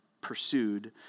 pursued